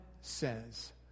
says